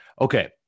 Okay